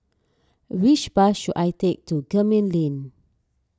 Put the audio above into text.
which bus should I take to Gemmill Lane